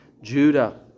Judah